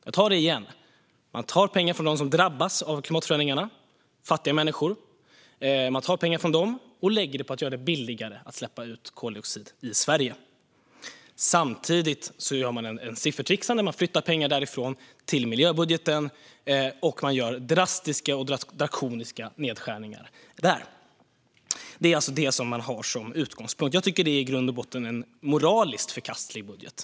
Jag tar det igen: Man tar pengar från fattiga människor som drabbas av klimatförändringarna och lägger dem på att göra det billigare att släppa ut koldioxid i Sverige. Samtidigt gör man ett siffertrixande genom att flytta pengar till miljöbudgeten och göra drastiska och drakoniska nedskärningar där. Det är utgångspunkten. Jag tycker att det här är en i grund och botten moraliskt förkastlig budget.